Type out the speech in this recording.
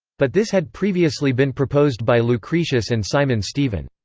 but this had previously been proposed by lucretius and simon stevin.